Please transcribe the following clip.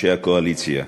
אנשי הקואליציה,